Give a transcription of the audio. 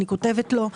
אני כותבת לו: